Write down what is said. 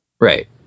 Right